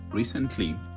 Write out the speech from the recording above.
Recently